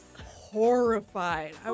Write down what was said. horrified